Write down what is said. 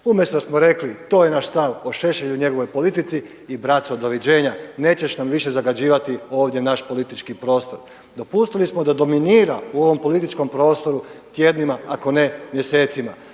Umjesto da smo rekli to je naš stav o Šešelju i njegovoj politici i braco doviđenja, nećeš nam više zagađivati ovdje naš politički prostor. Dopustili smo da dominira u ovom političkom prostoru tjednima, ako ne mjesecima.